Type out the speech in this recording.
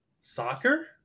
Soccer